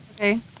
Okay